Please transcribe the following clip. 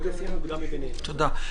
או לפי המוקדם מביניהם." תודה.